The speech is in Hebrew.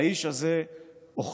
האיש הזה הוכיח